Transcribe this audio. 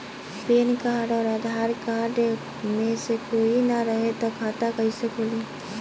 Pan card आउर Aadhaar card मे से कोई ना रहे त खाता कैसे खुली?